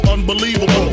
Unbelievable